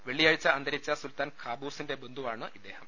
വെള്ളിയാഴ്ച അന്തരിച്ച സൂൽത്താൻ ഖാബൂസിന്റെ ബന്ധൂവാണിദ്ദേഹം